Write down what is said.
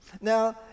now